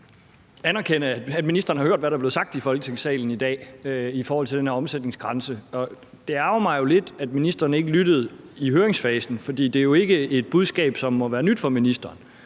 gerne anerkende, at ministeren har hørt, hvad der er blevet sagt i Folketingssalen i dag i forhold til den her omsætningsgrænse. Og det ærgrer mig lidt, at ministeren ikke lyttede i høringsfasen, for det er jo ikke et budskab, som må være nyt for ministeren.